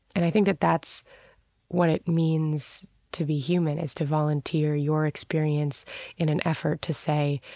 and i think that that's what it means to be human is to volunteer your experience in an effort to say,